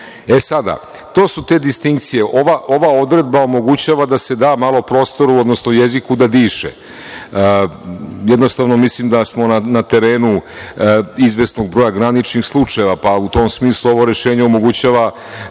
znamo. To su te distinkcije. Ova odredba omogućava da se da malo prostoru, odnosno jeziku da diše. Mislim da smo na terenu izvesnog broja graničnih slučajeva, pa u tom smislu ovo rešenje omogućava